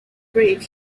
break